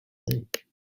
think